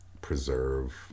preserve